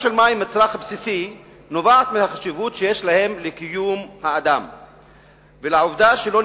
של חלק מן התושבים ביישוב, או